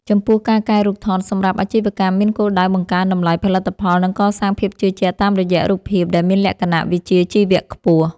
ចំពោះ ការកែរូបថតសម្រាប់អាជីវកម្មមានគោលដៅបង្កើនតម្លៃផលិតផល និងកសាងភាពជឿជាក់តាមរយៈរូបភាពដែលមានលក្ខណៈវិជ្ជាជីវៈខ្ពស់។